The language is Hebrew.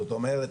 זאת אומרת